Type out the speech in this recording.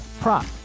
prop